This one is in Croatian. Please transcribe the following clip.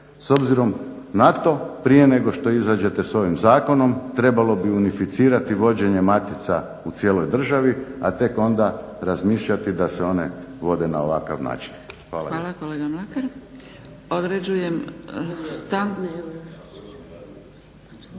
S obzirom na to, prije nego što izađete s ovim zakonom trebalo bi unificirati vođenje matica u cijeloj državi, a tek onda razmišljati da se one vode na ovakav način. Hvala lijepo. **Zgrebec, Dragica